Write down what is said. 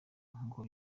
nk’uko